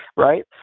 right?